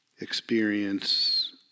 experience